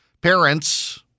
Parents